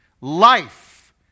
life